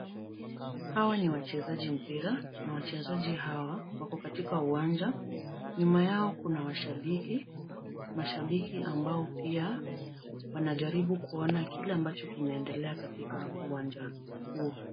Hawa ni wachezaji mpira na wachezaji hawa wako katika uwanja. Nyuma yao kuna mashabiki. Mashabiki ambao pia wanajaribu kuona kile ambacho kinaendelea katika uwanja huo.